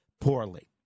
poorly